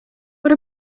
what